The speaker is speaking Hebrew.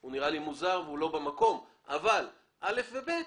הוא נראה לי מוזר ולא במקום אבל סעיפים (א) ו-(ב),